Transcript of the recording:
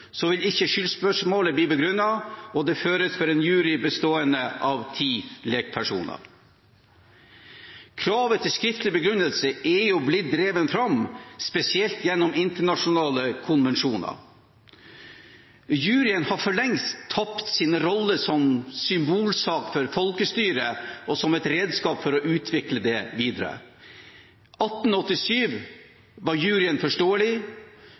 vil ikke skyldspørsmålet bli begrunnet, og saken føres for en jury bestående av ti lekpersoner. Kravet til skriftlig begrunnelse er blitt drevet fram, spesielt gjennom internasjonale konvensjoner. Juryen har for lengst tapt sin rolle som symbolsak for folkestyret og som et redskap for å utvikle det videre. I 1887 var juryen forståelig.